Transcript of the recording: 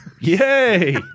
Yay